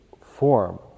form